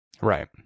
Right